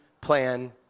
plan